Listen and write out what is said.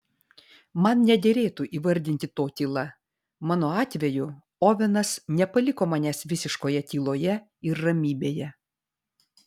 man nederėtų įvardinti to tyla mano atveju ovenas nepaliko manęs visiškoje tyloje ir ramybėje